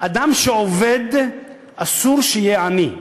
אדם שעובד אסור שיהיה עני.